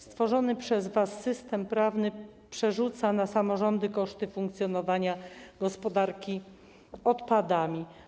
Stworzony przez was system prawny przerzuca na samorządy koszty funkcjonowania gospodarki odpadami.